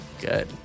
good